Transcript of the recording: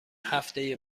هفته